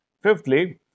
Fifthly